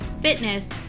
fitness